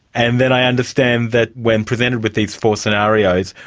and then i understand that when presented with these four scenarios,